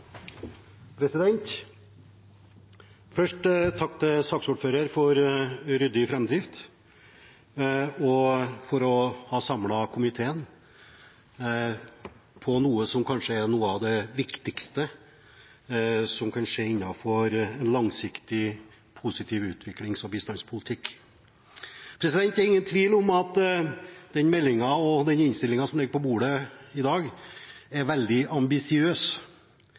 Først en takk til saksordføreren for ryddig framdrift og for å ha samlet komiteen om noe som kanskje er noe av det viktigste som kan skje innenfor langsiktig positiv utviklings- og bistandspolitikk. Det er ingen tvil om at den meldingen og den innstillingen som ligger på bordet i dag, er veldig ambisiøse. Det er en ambisiøs